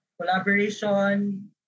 collaboration